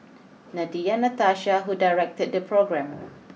Nadia Natasha who directed the programme